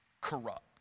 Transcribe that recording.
corrupt